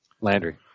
Landry